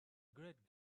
great